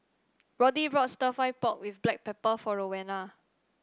Roddy bought stir fry pork with Black Pepper for Rowena